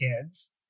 kids